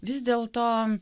vis dėlto